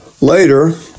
Later